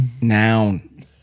noun